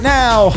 now